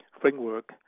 framework